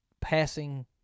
passing